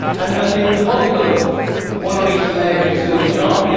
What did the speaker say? and and the the model of one on each leg and two on each um yeah